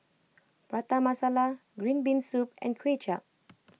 Prata Masala Green Bean Soup and Kuay Chap